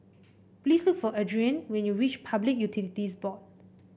please look for Adriane when you reach Public Utilities Board